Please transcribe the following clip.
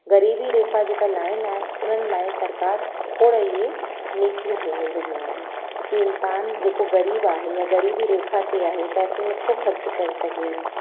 ग़रीबी रेखा जेका लाइन आहे उन्हनि लाइ सरकारि खोड़ इहे नितियूं हलाए रहियूं आहिनि की इंसान जेको ग़रीबु आहे या ग़रीबी रेखा ते आहे पैसो नथो ख़र्चु करे सघे